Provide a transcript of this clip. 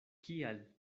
kial